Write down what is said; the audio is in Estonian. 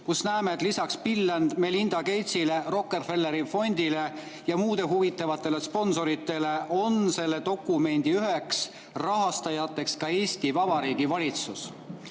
kus näeme, et lisaks Bill ja Melinda Gatesile, Rockefelleri Fondile ja muudele huvitavatele sponsoritele on dokumendi üheks rahastajaks ka Eesti Vabariigi valitsus.